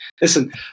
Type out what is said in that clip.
listen